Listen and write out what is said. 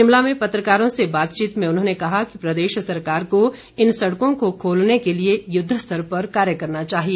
शिमला में पत्रकारों से बातचीत में उन्होंने कहा कि प्रदेश सरकार को इन सड़कों को खोलने के लिए युद्ध स्तर पर कार्य करना चाहिए